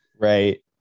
Right